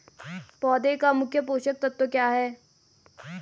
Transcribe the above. पौधें का मुख्य पोषक तत्व क्या है?